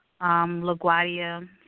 LaGuardia